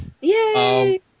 Yay